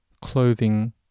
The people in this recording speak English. clothing